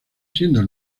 siendo